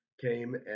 came